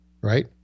right